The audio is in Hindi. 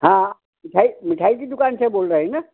हाँ मिठाई मिठाई की दुकान से बोल रहे ना